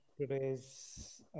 today's